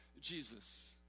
Jesus